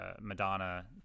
Madonna